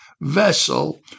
vessel